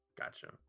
Gotcha